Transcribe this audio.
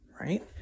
right